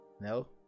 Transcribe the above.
No